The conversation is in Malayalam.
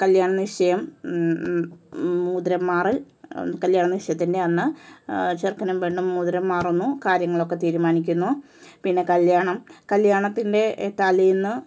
കല്യാണനിശ്ചയം മോതിരം മാറൽ കല്യാണ നിശ്ചയത്തിൻ്റെ അന്ന് ചെറുക്കനും പെണ്ണും മോതിരം മാറുന്നു കാര്യങ്ങളൊക്കെ തീരുമാനിക്കുന്നു പിന്നെ കല്യാണം കല്യണത്തിൻ്റെ തലേന്ന്